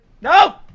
No